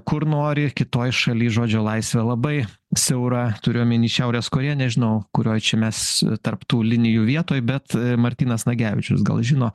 kur nori kitoj šaly žodžio laisvė labai siaura turiu omeny šiaurės korėją nežinau kurioj čia mes tarp tų linijų vietoj bet martynas nagevičius gal žino